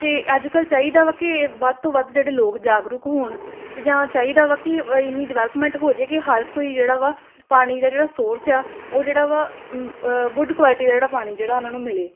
ਅਤੇ ਅੱਜ ਕੱਲ੍ਹ ਚਾਹੀਦਾ ਵਾ ਕਿ ਵੱਧ ਤੋਂ ਵੱਧ ਜਿਹੜੇ ਲੋਕ ਜਾਗਰੂਕ ਹੋਣ ਅਤੇ ਜਾਂ ਚਾਹੀਦਾ ਵਾ ਕਿ ਅ ਇੰਨੀ ਡਿਵੈਲਪਮੈਂਟ ਹੋ ਜਾਵੇ ਕਿ ਹਰ ਕੋਈ ਜਿਹੜਾ ਵਾ ਪਾਣੀ ਦਾ ਜਿਹੜਾ ਸੋਰਸ ਆ ਉਹ ਜਿਹੜਾ ਵਾ ਗੁੱਡ ਕੁਆਲਿਟੀ ਦਾ ਜਿਹੜਾ ਪਾਣੀ ਜਿਹੜਾ ਉਹਨਾਂ ਨੂੰ ਮਿਲੇ